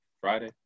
Friday